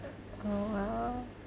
oh !wow!